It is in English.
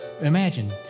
imagine